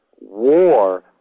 war